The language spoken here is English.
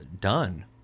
done